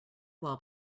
while